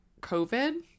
COVID